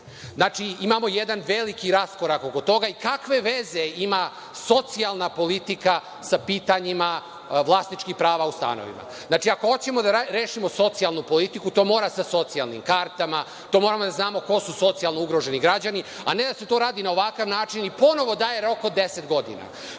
Znači, imamo jedan veliki raskorak oko toga. I kakve veze ima socijalna politika sa pitanjima vlasničkih prava u stanovima? Znači, ako hoćemo da rešimo socijalnu politiku, to mora sa socijalnim kartama, to moramo da znamo ko su socijalno ugroženi građani, a ne da se to radi na ovakav način i ponovo daje rok od deset godina.